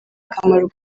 akamaro